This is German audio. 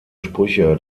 sprüche